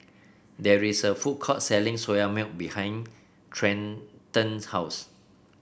there is a food court selling Soya Milk behind Trenten's house